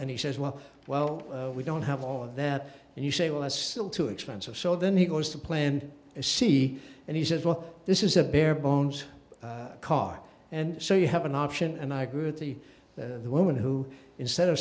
and he says well well we don't have all of that and you say well it's still too expensive so then he goes to play and see and he says well this is a bare bones car and so you have an option and i agree with the woman who instead of